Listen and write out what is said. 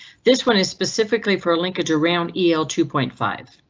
this one is specifically for a linkage around el two point five.